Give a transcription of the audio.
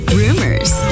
rumors